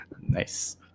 nice